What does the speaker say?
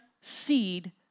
seed